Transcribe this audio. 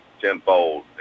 Tenfold